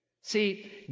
see